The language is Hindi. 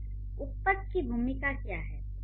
तो उपपद की भूमिका क्या है